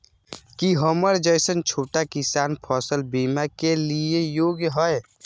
की हमर जैसन छोटा किसान फसल बीमा के लिये योग्य हय?